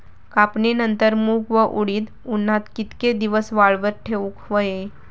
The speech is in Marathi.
कापणीनंतर मूग व उडीद उन्हात कितके दिवस वाळवत ठेवूक व्हये?